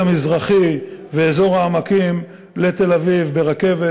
המזרחי ואזור העמקים לתל-אביב ברכבת,